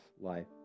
life